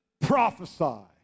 prophesy